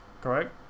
correct